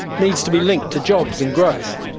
needs to be linked to jobs and growth.